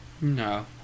No